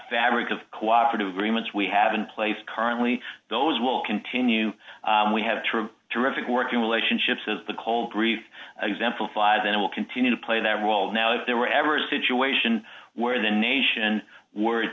fabric of cooperative agreements we have in place currently those will continue we have true terrific working relationships as the cole brief exemplifies and will continue to play that role now if there were ever a situation where the nation w